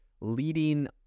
leading